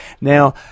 Now